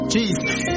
Jesus